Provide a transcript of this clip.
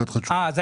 היה